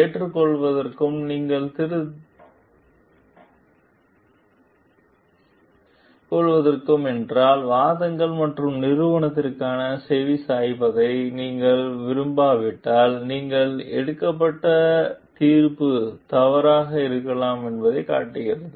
ஏற்றுக்கொள்வதற்கு நீங்கள் திறந்திருக்கவில்லை என்றால் வாதங்கள் மற்றும் நிரூபணத்திற்கு செவிசாய்ப்பதை நீங்கள் விரும்பாவிட்டால் நீங்கள் எடுக்கப்பட்ட தீர்ப்பு தவறாக இருக்கலாம் என்பதைக் காட்டுகிறது